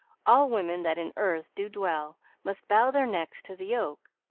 all women that in earth do dwell must bow their necks to the yoke.